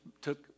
took